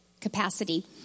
capacity